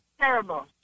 terrible